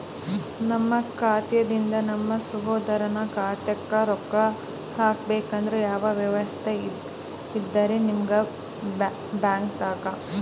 ನಮ್ಮ ಖಾತಾದಿಂದ ನಮ್ಮ ಸಹೋದರನ ಖಾತಾಕ್ಕಾ ರೊಕ್ಕಾ ಹಾಕ್ಬೇಕಂದ್ರ ಯಾವ ವ್ಯವಸ್ಥೆ ಇದರೀ ನಿಮ್ಮ ಬ್ಯಾಂಕ್ನಾಗ?